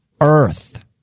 Earth